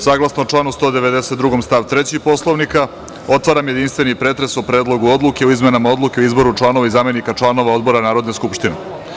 Saglasno članu 192. stav 3. Poslovnika otvaram jedinstveni pretres o Predlogu odluke o izmenama odluke o izboru članova i zamenika članova Odbora Narodne skupštine.